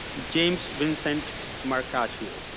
james vincent marcaccio.